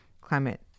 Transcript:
climate